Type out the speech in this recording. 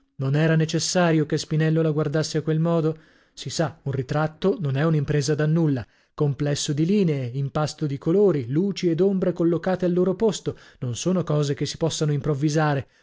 non era necessario che spinello la guardasse a quel modo si sa un ritratto non è un'impresa da nulla complesso di linee impasto di colori luci ed ombre collocate al loro posto non sono cose che si possano improvvisare